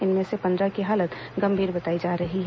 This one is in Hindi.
इनमें से पंद्रह की हालत गंभीर बताई जा रही है